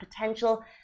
potential